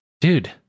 dude